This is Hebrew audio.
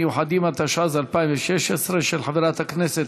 התשע"ז 2016, של חברת הכנסת